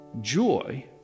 joy